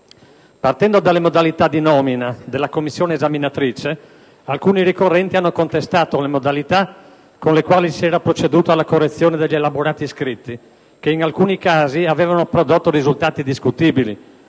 Partendo dalle modalità di nomina della commissione esaminatrice, alcuni ricorrenti hanno contestato le modalità con le quali si era proceduto alla correzione degli elaborati scritti, che in alcuni casi avevano prodotto risultati discutibili,